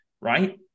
right